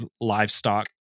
livestock